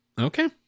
Okay